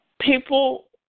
people